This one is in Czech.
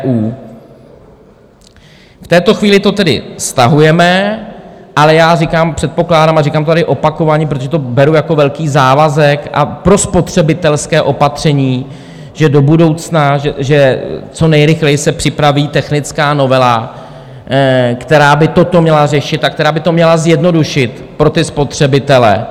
V této chvíli to tedy stahujeme, ale já říkám, předpokládám a říkám tady opakovaně, protože to beru jako velký závazek a prospotřebitelské opatření do budoucna, že co nejrychleji se připraví technická novela, která by toto měla řešit a která by to měla zjednodušit pro spotřebitele.